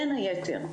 ובין היתר,